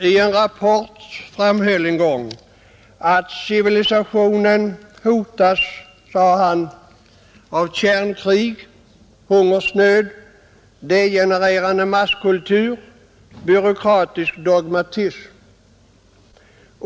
Denne framhöll där att civilisationen hotas av kärnvapenkrig, hungersnöd, degenererande masskultur och byråkratisk dogmatism.